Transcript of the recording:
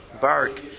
bark